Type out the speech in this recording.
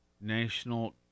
National